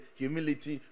humility